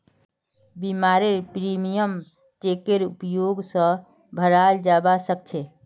बीमारेर प्रीमियम चेकेर उपयोग स भराल जबा सक छे